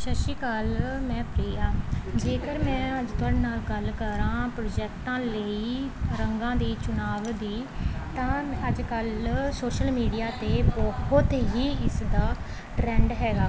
ਸਤਿ ਸ਼੍ਰੀ ਅਕਾਲ ਮੈਂ ਪ੍ਰਿਆ ਜੇਕਰ ਮੈਂ ਅੱਜ ਤੁਹਾਡੇ ਨਾਲ ਗੱਲ ਕਰਾਂ ਪ੍ਰੋਜੈਕਟਾਂ ਲਈ ਰੰਗਾਂ ਦੀ ਚੁਣਾਵ ਦੀ ਤਾਂ ਅੱਜ ਕੱਲ ਸ਼ੋਸ਼ਲ ਮੀਡੀਆ 'ਤੇ ਬਹੁਤ ਹੀ ਇਸ ਦਾ ਟ੍ਰੈਂਡ ਹੈਗਾ